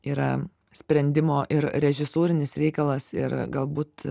yra sprendimo ir režisūrinis reikalas ir galbūt